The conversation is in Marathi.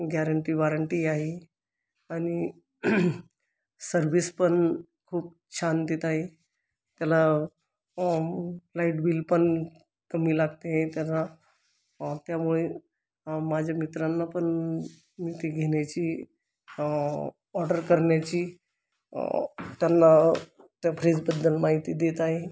गॅरंटी वारंटी आहे आणि सर्व्हिस पण खूप छान देत आहे त्याला लाईट बिल पण कमी लागते त्याचा त्यामुळे माझ्या मित्रांना पण मी ते घेण्याची ऑर्डर करण्याची त्यांना त्या फ्रिजबद्दल माहिती देत आहे